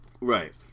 right